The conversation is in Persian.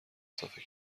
اضافه